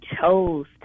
chose